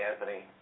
Anthony